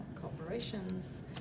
corporations